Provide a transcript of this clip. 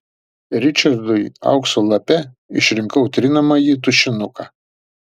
ričardui aukso lape išrinkau trinamąjį tušinuką